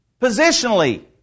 Positionally